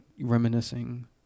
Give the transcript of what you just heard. reminiscing